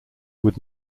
would